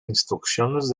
instruccions